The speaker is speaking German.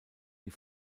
die